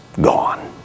gone